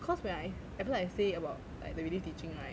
cause when I at first I say about like the relief teaching right